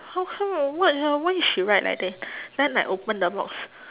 how come ah what the why she write like that then I open the box